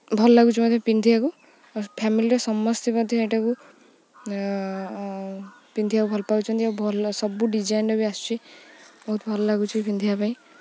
ଭଲ ଲାଗୁଛି ମଧ୍ୟ ପିନ୍ଧିବାକୁ ଫ୍ୟାମିଲିରେ ସମସ୍ତେ ମଧ୍ୟ ଏଇଟାକୁ ପିନ୍ଧିବାକୁ ଭଲ ପାଉଛନ୍ତି ଆଉ ଭଲ ସବୁ ଡିଜାଇନ୍ର ବି ଆସୁଛି ବହୁତ ଭଲ ଲାଗୁଛି ପିନ୍ଧିବା ପାଇଁ